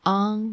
on